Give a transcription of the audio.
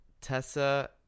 tessa